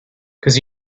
cause